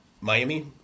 miami